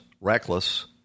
reckless